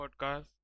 podcast